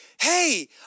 hey